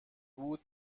بود